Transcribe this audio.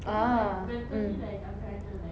ah mm